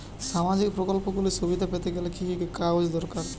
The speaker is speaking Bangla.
সামাজীক প্রকল্পগুলি সুবিধা পেতে গেলে কি কি কাগজ দরকার?